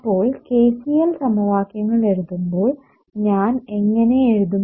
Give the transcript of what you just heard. അപ്പോൾ KCL സമവാക്യങ്ങൾ എഴുതുമ്പോൾ ഞാൻ എങ്ങനെ എഴുത്തും